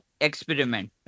experiment